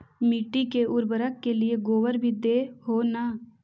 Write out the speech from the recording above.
मिट्टी के उर्बरक के लिये गोबर भी दे हो न?